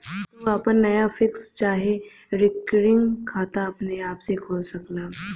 तू आपन नया फिक्स चाहे रिकरिंग खाता अपने आपे खोल सकला